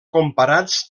comparats